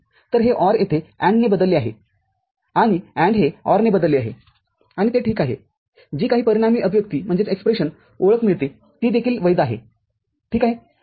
तरहे OR येथे AND ने बदलले आहे आणि AND हे OR ने बदलले आहे आणि ते ठीक आहे जी काही परिणामी अभिव्यक्तीओळख मिळते ती देखील वैध आहे ठीक आहे